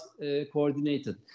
coordinated